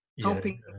Helping